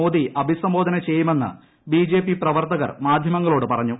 മോദി അഭിസംബോധന ചെയ്യുമെന്ന് ബിജെപി പ്രവർത്തകർ മാധ്യമങ്ങളോട് പറഞ്ഞു